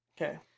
Okay